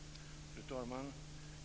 Fru talman!